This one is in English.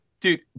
Dude